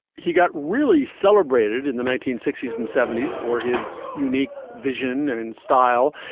he got really celebrated in the nineteen sixty s and seventy s for his unique vision and in style.